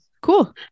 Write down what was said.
cool